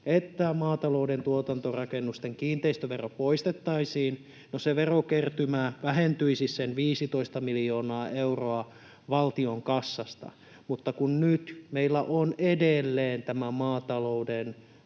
että maatalouden tuotantorakennusten kiinteistövero poistettaisiin. No, se verokertymä vähentäisi sen 15 miljoonaa euroa valtion kassasta, mutta kun meillä on edelleen tämä maatalouden